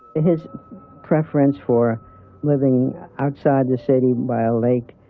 in his preference for living outside the city by a lake,